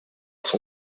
son